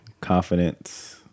confidence